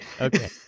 Okay